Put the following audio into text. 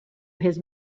his